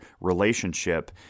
relationship